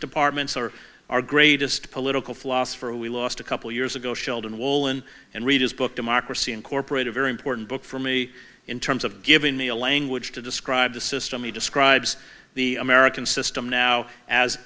departments are our greatest political philosopher we lost a couple years ago sheldon wallen and read his book democracy incorporate a very important book for me in terms of giving me a language to describe the system he describes the american system now as